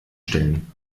stellen